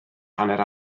hanner